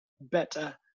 better